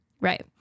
Right